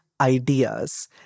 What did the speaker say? ideas